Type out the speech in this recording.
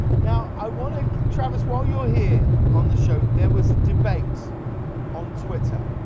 now i want to traf is, while you are here on the show, there was a debate on twitter,